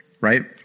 right